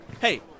Hey